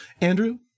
Andrew